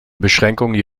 beschränkungen